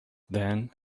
then